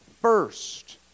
first